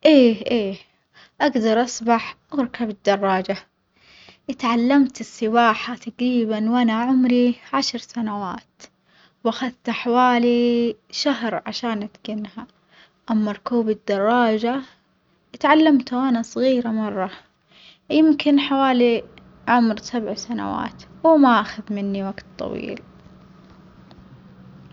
إيه إيه أجدر أسبح وأركب الدراجة، إتعلمت السباحة تجريبًا وأنا عمري عشر سنوات وخدت حوالي شهر عشان أتجنها، أما ركوب الدراجة إتعلمته وأنا صغيرة مرة يمكن حوالي عمر سبع سنوات وما أخد مني وجت طويل.